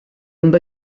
amb